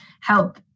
help